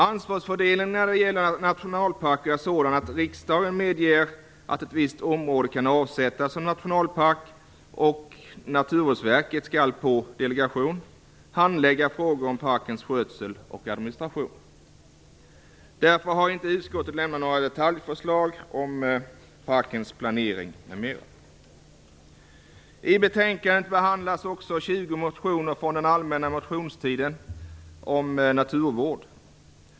Ansvarsfördelningen när det gäller nationalparker är sådan att riksdagen medger att ett visst område kan avsättas som nationalpark medan Naturvårdsverket på delegation skall handlägga frågor om parkernas skötsel och administration. Därför har inte utskottet lämnat några detaljförslag om parkens planering m.m. I betänkandet behandlas också 20 motioner om naturvård från den allmänna motionstiden.